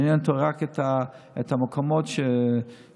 מעניינים אותו רק המקומות של העשירים,